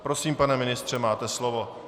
Prosím, pane ministře, máte slovo.